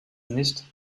nicht